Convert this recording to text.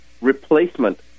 replacement